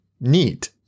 neat